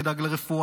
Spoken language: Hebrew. אני אדאג לרפואה,